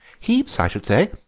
heaps, i should say.